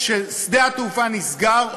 כששדה-התעופה נסגר,